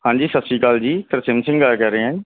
ਹਾਂਜੀ ਸਤਿ ਸ਼੍ਰੀ ਅਕਾਲ ਜੀ ਤਰਸੇਮ ਸਿੰਘ ਗੱਲ ਕਰ ਰਿਹਾ